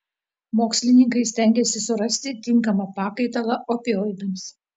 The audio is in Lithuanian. mokslininkai stengiasi surasti tinkamą pakaitalą opioidams